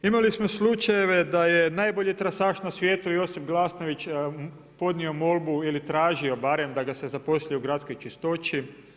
Imali su slučajeve da je najbolji trasaš na svijetu Josip Glasnović podnio molbu ili tražio barem da ga se zaposli u gradskoj čistoći.